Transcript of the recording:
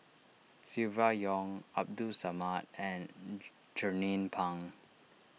Silvia Yong Abdul Samad and Jernnine Pang